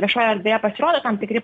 viešojoje erdvėje pasirodo tam tikri